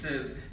says